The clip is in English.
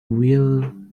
will